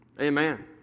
Amen